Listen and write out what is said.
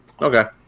Okay